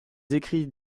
écrits